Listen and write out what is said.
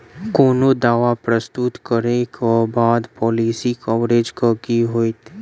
कोनो दावा प्रस्तुत करै केँ बाद पॉलिसी कवरेज केँ की होइत?